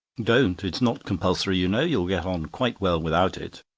don't. it's not compulsory, you know. you'll get on quite well without it.